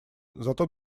зато